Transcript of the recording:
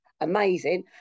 amazing